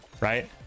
right